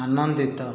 ଆନନ୍ଦିତ